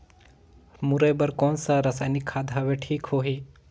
मुरई बार कोन सा रसायनिक खाद हवे ठीक होही?